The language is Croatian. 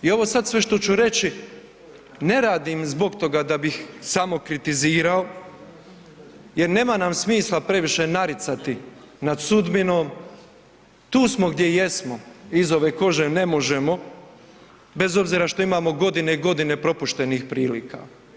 I ovo sada sve što ću reći ne radim zbog toga da bih samo kritizirao jer nema nam smisla previše naricati nad sudbinom, tu smo gdje jesmo, iz ove kože ne možemo bez obzira što imamo godine i godine propuštenih prilika.